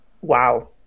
wow